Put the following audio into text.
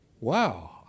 Wow